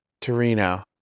Torino